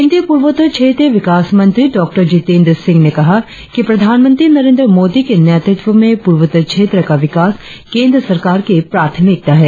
केंद्रीय पूर्वोत्तर क्षेत्रीय विकास मंत्री डॉ जीतेंद्र सिंह ने कहा कि प्रधान मंत्री नरेंद्र मोदी के नेतृत्व में पूर्वोत्तर क्षेत्र का विकास केंद्र सरकार की प्राथमिकता है